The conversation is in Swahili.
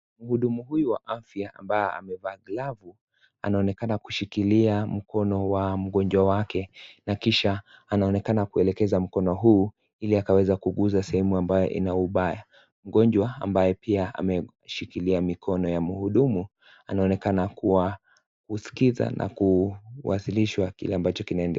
Muhudumu huyu wa afya ambaye amevaa glavu anaonekana kushikilia mkono wa mgonjwa wake na kisha anaonekana kuelekeza mkono huu iliakaweza kugusa sehemu ambayo ina ubaya mgonjwa ambaye pia ameshikilia mikono ya muhudumu anaonekana kuwa kisikiza na kuwasilishwa kile ambacho kinaendelea.